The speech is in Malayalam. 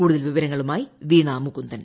കൂടുതൽ വിവരങ്ങളുമായി വീണാമുകുന്ദൻ